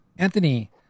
Anthony